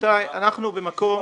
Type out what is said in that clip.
מעבירים.